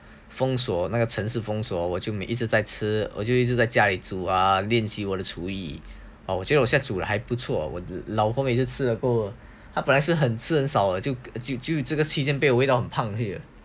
封锁那个城市封锁我就一直在吃我就一直在家里煮啊练习我的厨艺我觉得我现在煮的还不错我老公也吃了过后本来是很吃很少就这个期间被我喂到很胖去了